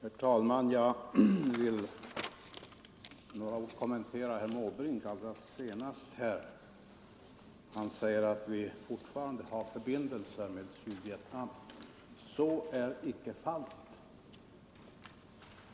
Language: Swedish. Herr talman! Jag vill med några ord kommentera herr Måbrinks senaste inlägg. Han säger att vi fortfarande har förbindelser med Sydvietnam. Så är inte fallet.